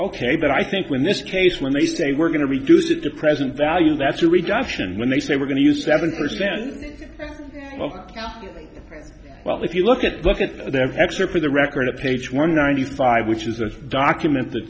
ok but i think when this case when they say we're going to reduce it to present value that's a reduction when they say we're going to use seven percent well if you look at look at the x or for the record of page one ninety five which is a document that